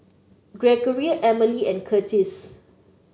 Gregoria Emely and Curtis